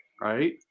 right